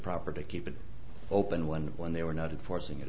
proper to keep it open when when they were not enforcing it